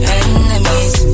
enemies